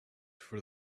for